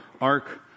ark